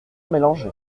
mélanger